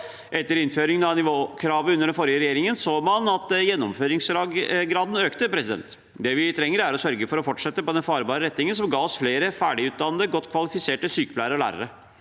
Etter innføring av nivåkravene under den forrige regjeringen så man at gjennomføringsgraden økte. Det vi trenger, er å sørge for å fortsette på den farbare retningen som ga oss flere ferdig utdannede og godt kvalifiserte sykepleiere og lærere.